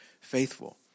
faithful